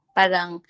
parang